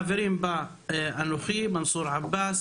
חברים בה אנוכי, מנסור עבאס,